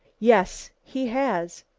yes, he has,